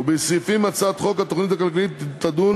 ובסעיפים בהצעת חוק התוכנית הכלכלית תדון